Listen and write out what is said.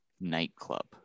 nightclub